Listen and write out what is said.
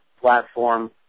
platform